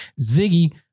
Ziggy